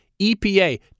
EPA